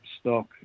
stock